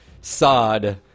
sod